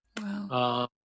Wow